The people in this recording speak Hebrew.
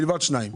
מלבד שניים